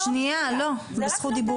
שנייה, לא, בזכות דיבור.